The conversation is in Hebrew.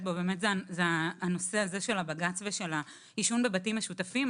בו זה הנושא הזה של הבג"ץ ועישון בבתים משותפים.